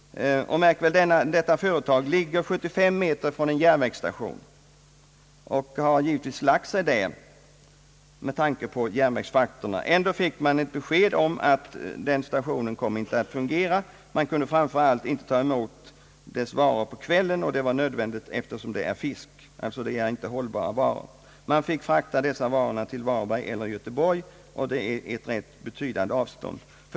Märk väl att detta företag ligger 75 meter från en järnvägsstation och har givetvis lagt sig där med tanke på järnvägsfrakterna. Ändå fick man besked om att denna station inte kommer att mottaga gods i fortsättningen. Man kan framför allt inte ta emot firmans varor på kvällen, och det var nödvändigt för firman eftersom det rör sig om fisk, alltså färskvaror. Man fick frakta dessa varor till Varberg eller Göteborg, och det är ett rätt betydande avstånd till dessa städer.